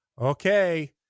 okay